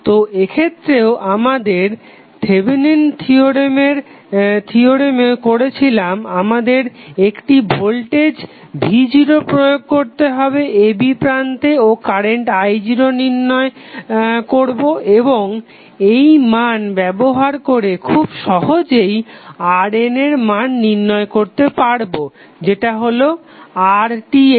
তো এক্ষেত্রেও যেমন আমরা থেভেনিন থিওরেমেও Thevenins theorem করেছিলাম আমাদের একটি ভোল্টেজ v0 প্রয়োগ করতে হবে a b প্রান্তে ও কারেন্ট i0 নির্ণয় করবো এবং এই মান ব্যবহার করে খুব সহজেই RN এর মান নির্ণয় করতে পারবো যেটা হলো RTh